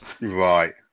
Right